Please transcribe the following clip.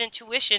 intuition